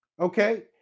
Okay